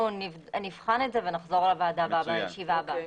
אנחנו נבחן את זה ונחזור לוועדה בישיבה הבאה.